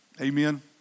Amen